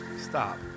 Stop